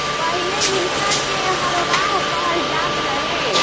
पहिले इनका के हरवाह कहल जात रहे